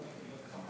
תודה.